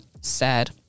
sad